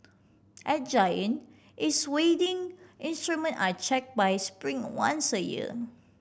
at Giant its weighing instrument are check by Spring once a year